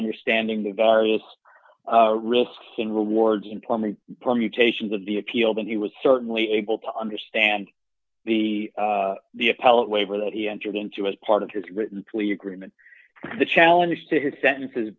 understanding the risks and rewards implement permutations of the appeal then he was certainly able to understand the the appellate waiver that he entered into as part of his written plea agreement the challenge to his sentence